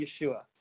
Yeshua